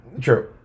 True